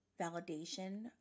validation